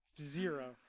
Zero